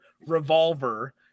revolver